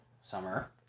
summer